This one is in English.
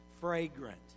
fragrant